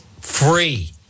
free